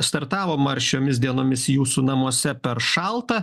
startavom ar šiomis dienomis jūsų namuose per šalta